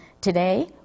Today